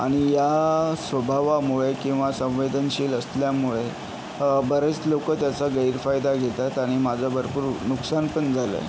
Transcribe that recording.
आणि या स्वभावामुळे किंवा संवेदनशील असल्यामुळे बरेच लोक त्याचा गैरफायदा घेतात आणि माझा भरपूर नुकसानपण झालं आहे